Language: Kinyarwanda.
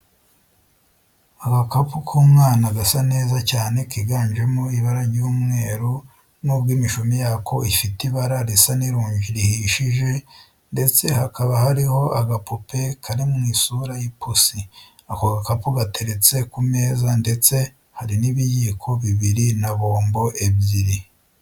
Agakapu k'umwana gasa neza cyane kiganjemo ibara ry'umweru, n'ubwo imishumi yako ifite ibara risa n'irunji rihishije ndetse hakaba hariho agapupe kari mu isura y'ipusi. Ako gakapu gateretse ku meza ndetse hari n'ibiyiko bibiri na bombo ebyiri.